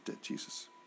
Jesus